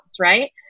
right